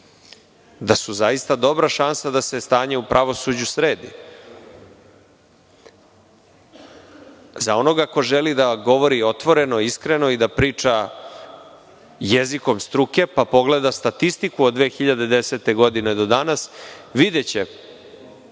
da su zaista dobra šansa da se stanje u pravosuđu sredi.Za onoga ko želi da govori otvoreno, iskreno i da priča jezikom struke, pa pogleda statistiku od 2010. godine do danas, videće